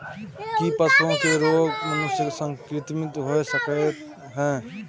की पशुओं के रोग मनुष्य के संक्रमित होय सकते है?